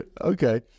Okay